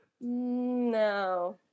No